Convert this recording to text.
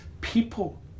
people